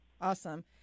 awesome